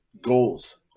goals